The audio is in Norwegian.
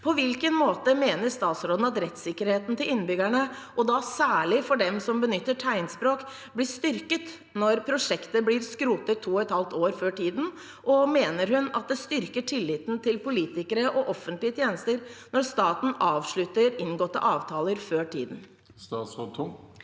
På hvilken måte mener statsråden at rettssikkerheten til innbyggerne, og da særlig for dem som benytter tegnspråk, blir styrket når prosjektet blir skrotet to og et halvt år før tiden? Og mener hun at det styrker tilliten til politikere og offentlige tjenester når staten avslutter inngåtte avtaler før tiden? Statsråd